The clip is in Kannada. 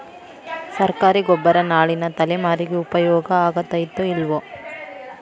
ಸರ್ಕಾರಿ ಗೊಬ್ಬರ ನಾಳಿನ ತಲೆಮಾರಿಗೆ ಉಪಯೋಗ ಆಗತೈತೋ, ಇಲ್ಲೋ?